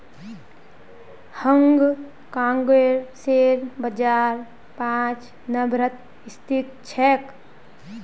हांग कांगेर शेयर बाजार पांच नम्बरत स्थित छेक